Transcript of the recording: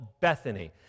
Bethany